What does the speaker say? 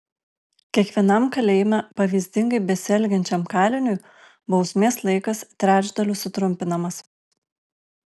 kiekvienam kalėjime pavyzdingai besielgiančiam kaliniui bausmės laikas trečdaliu sutrumpinamas